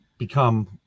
become